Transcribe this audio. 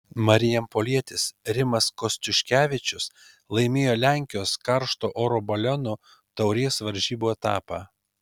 marijampolietis rimas kostiuškevičius laimėjo lenkijos karšto oro balionų taurės varžybų etapą